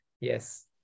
Yes